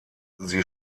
sie